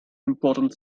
important